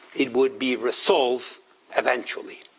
it would be resolved eventually.